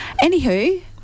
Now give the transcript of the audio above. Anywho